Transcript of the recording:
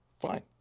fine